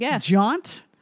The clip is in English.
jaunt